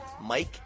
Mike